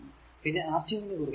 പിന്നെ R 2 നു കുറുകെ v 2